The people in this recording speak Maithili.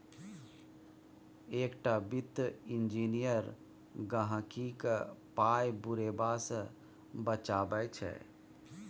एकटा वित्तीय इंजीनियर गहिंकीक पाय बुरेबा सँ बचाबै छै